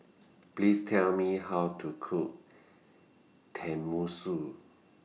Please Tell Me How to Cook Tenmusu